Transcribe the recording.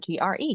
GRE